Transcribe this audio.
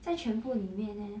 在全部里面 leh